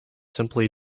simply